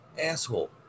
asshole